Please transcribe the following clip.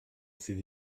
sydd